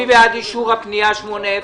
מי בעד אישור הפנייה 8010,